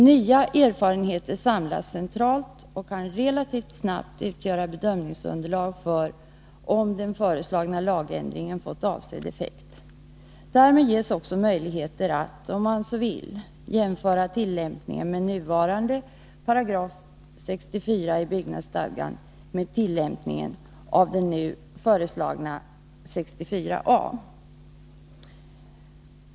Nya erfarenheter samlas centralt och kan relativt snart utgöra underlag för bedömning av om den föreslagna lagändringen fått avsedd effekt. Därmed ges också möjlighet att — om man så vill — jämföra tillämpningen av nuvarande 67§ i byggnadsstadgan med tillämpningen av den nu föreslagna 67 a §.